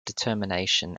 determination